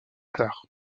tard